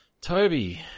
Toby